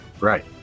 right